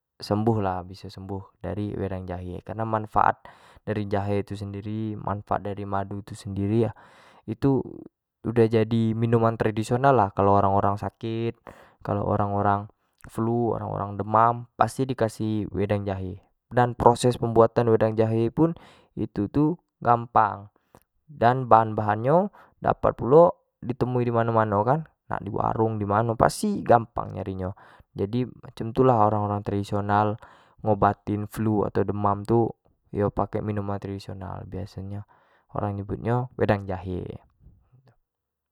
Sembuh lah biso sembuh dari wedang jahe, karena manfaat dari jahe itu sendiri, manfaat dari madu itu sendiri itu udah jadi udah jadi minuman tradisioanal lah kalau orang-orang sakit, kalau orang-orang flu, orang-orang demam pasti di kasih wedang jahe udah, dan proses pembuatan wwedang jahe pun itu tu gampang dan bahan-bahan nyo dapat pulo di temui di mano-mano kan, di warung di mano kan pasti gampang nayri nyo, jadi macam tu lah orang-orang tradisonal ngobatin flu atau demam tu ngobatin tradisoional orang nyebut nyo wedang jahe.